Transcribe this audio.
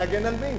להגן על מי?